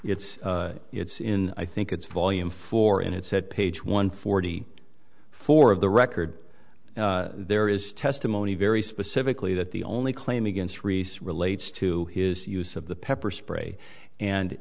it's it's in i think it's volume four and it said page one forty four of the record there is testimony very specifically that the only claim against research relates to his use of the pepper spray and